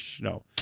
no